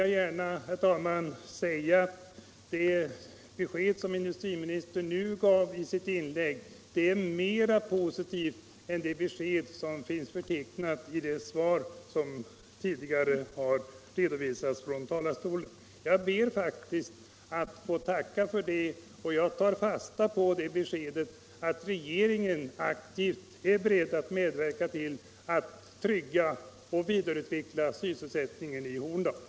Jag vill gärna säga att det besked som industriministern gav i sitt andra inlägg var mera positivt än det som han lämnade från talarstolen i själva svaret. Jag ber faktiskt att få tacka för det, och jag tar fasta på beskedet att regeringen är beredd att aktivt medverka till att trygga och vidareutveckla sysselsättningen i Horndal.